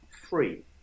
free